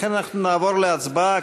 לכן אנחנו נעבור להצבעה.